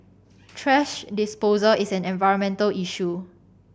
thrash disposal is an environmental issue